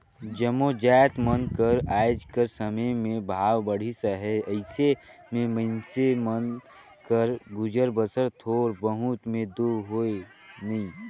जम्मो जाएत मन कर आएज कर समे में भाव बढ़िस अहे अइसे में मइनसे मन कर गुजर बसर थोर बहुत में दो होए नई